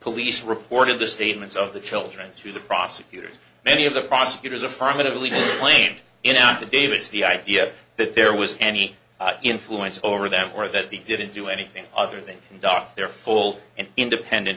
police report of the statements of the children to the prosecutors many of the prosecutors affirmatively claimed in davis the idea that there was any influence over them or that they didn't do anything other than conduct their full and independent